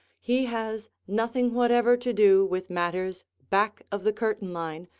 he has nothing whatever to do with matters back of the curtain line,